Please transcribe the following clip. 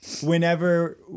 whenever